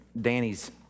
Danny's